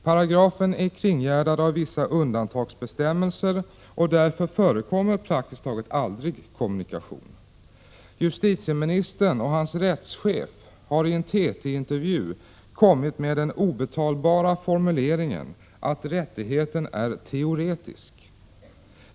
Paragrafen är kringgärdad av vissa undantagsbestämmelser, och därför förekommer praktiskt taget aldrig kommunikation. Justitieministern och hans rättschef har i en TT-intervju kommit med den obetalbara formuleringen att rättigheten är teoretisk.